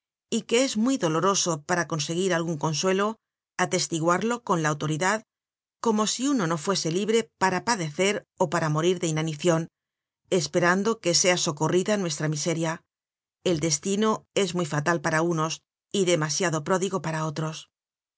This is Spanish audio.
y que es muy doloroso para conseguir algun consuelo atestiguarlo con la autoridad como si uno no fuese libre para padecer ó para morir de inanicion esperando que sea socorrida nues tra miseria el destino es muy fatal para unos y demasiado pródigo para otros